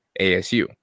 ASU